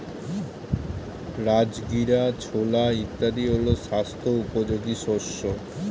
রাজগীরা, ছোলা ইত্যাদি হল স্বাস্থ্য উপযোগী শস্য